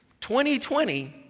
2020